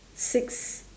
six